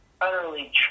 utterly